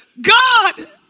God